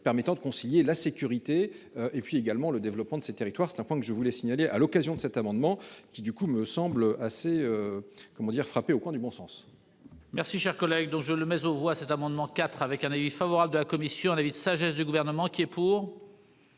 permettant de concilier la sécurité et puis également le développement de ces territoires. C'est un point que je voulais signaler à l'occasion de cet amendement qui du coup me semble assez. Comment dire frappée au coin du bon sens. Merci cher collègue dont je le mais voit cet amendement quatre avec un avis favorable de la commission un avis de sagesse du gouvernement qui est pour.